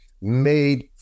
made